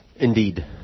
Indeed